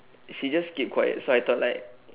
she just keep quiet so I thought like